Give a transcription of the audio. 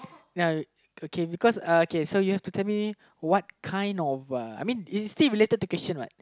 ya okay because uh okay so you have to tell me what kind of a I mean is he related to christian what